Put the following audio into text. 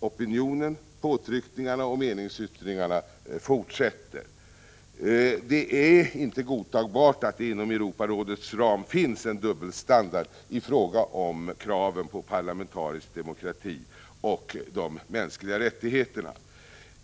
opinionen, påtryckningarna och meningsyttringarna fortsätter. Det är inte godtagbart att det inom Europarådets ram finns en dubbelstandard i fråga om kraven på parlamentarisk demokrati och de mänskliga rättigheterna.